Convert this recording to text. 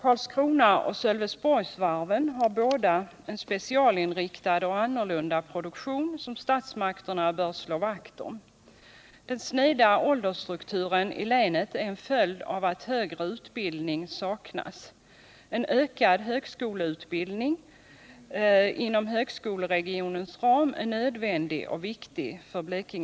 Karlskronaoch Sölvesborgsvarven har både specialinriktad och annorlunda produktion, som statsmakterna bör slå vakt om. Den sneda åldersstrukturen i länet är en följd av att högre utbildning saknas. En ökad högskoleutbildning inom högskoleregionens ram är nödvändig och viktig för länet.